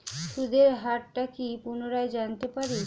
সুদের হার টা কি পুনরায় জানতে পারি?